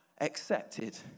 accepted